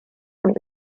und